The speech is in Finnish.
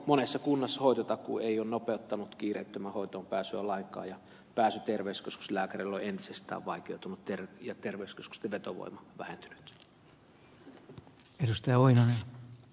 monessa kunnassa hoitotakuu ei ole nopeuttanut kiireettömään hoitoon pääsyä lainkaan ja pääsy terveyskeskuslääkärin luo on entisestään vaikeutunut ja terveyskeskusten vetovoima vähentynyt